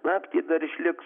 naktį dar išliks